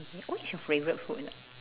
re~ what is your favourite food